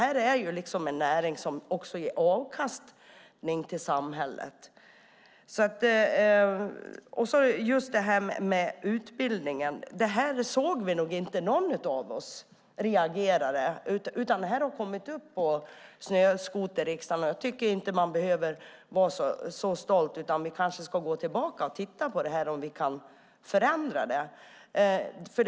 Det är en näring som också ger avkastning till samhället. När det gäller utbildningen var det nog ingen av oss som såg och reagerade, utan det har kommit upp på Snöskoterriksdagen. Jag tycker inte att man behöver vara så stolt, utan vi kanske ska gå tillbaka och titta på om vi kan förändra detta.